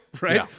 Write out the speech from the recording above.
right